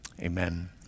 amen